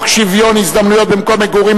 הצעת חוק שוויון ההזדמנויות במקום מגורים,